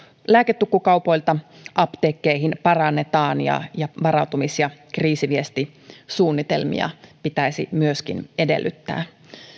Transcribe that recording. lääketukkukaupoilta apteekkeihin parannetaan varautumis ja kriisiviestisuunnitelmia pitäisi myöskin edellyttää